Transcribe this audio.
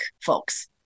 folks